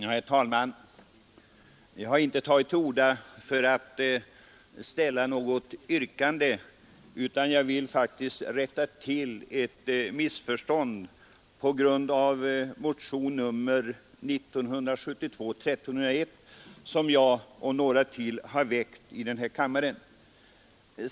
Herr talman! Jag har inte tagit till orda för att ställa något yrkande, utan jag vill faktiskt rätta till ett missförstånd som har uppstått med anledning av motionen 1301 som jag och ytterligare några ledamöter har väckt i denna kammare.